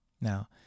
Now